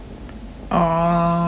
orh